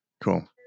Cool